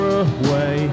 away